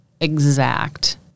exact